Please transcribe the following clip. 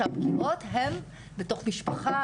שהפגיעות הם בתוך משפחה,